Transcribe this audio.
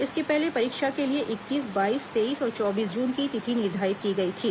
इसके पहले परीक्षा के लिए इक्कीस बाईस तेईस और चौबीस जून की तिथि निर्धारित की गई थी